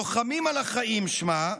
"לוחמים על החיים" שמה,